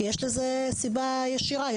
כי יש לזה סיבה ישירה.